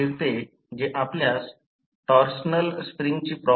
2 Ω x 1 6 Ω आहे